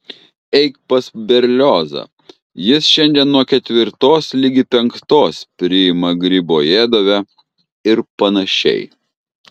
eik pas berliozą jis šiandien nuo ketvirtos ligi penktos priima gribojedove ir panašiai